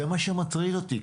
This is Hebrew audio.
זה מה שמטריד אותי,